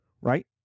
right